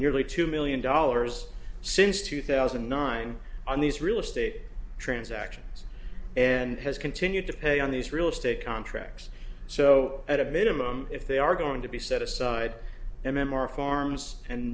nearly two million dollars since two thousand and nine on these real estate transactions and has continued to pay on these real estate contracts so at a minimum if they are going to be set aside m m r farms and